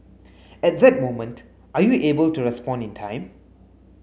at that moment are you able to respond in time